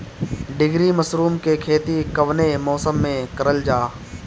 ढीघरी मशरूम के खेती कवने मौसम में करल जा?